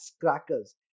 crackers